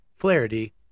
Flaherty